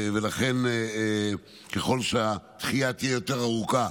ולכן, ככל שהדחייה תהיה יותר ארוכה,